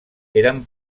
eren